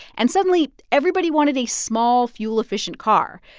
and suddenly, everybody wanted a small, fuel-efficient car.